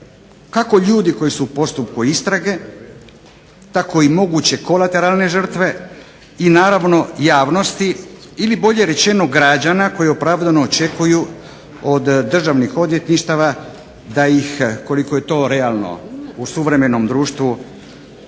kako ljudi koji su u postupku istrage tako i moguće kolateralne žrtve i naravno javnosti ili bolje rečeno građana koji opravdano očekuju od državnih odvjetništava da ih koliko je to realno u suvremenom društvu